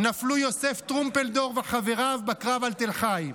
נפלו יוסף טרומפלדור וחבריו בקרב על תל חי.